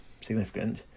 significant